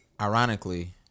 ironically